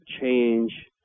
change